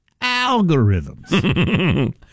algorithms